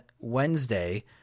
Wednesday